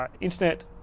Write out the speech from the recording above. internet